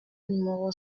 numéro